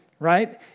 Right